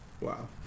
Wow